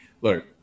look